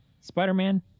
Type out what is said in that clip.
Spider-Man